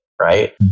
right